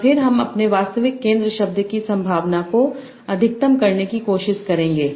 और फिर हम अपने वास्तविक केंद्र शब्द की संभावना को अधिकतम करने की कोशिश करेंगे